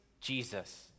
Jesus